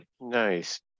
nice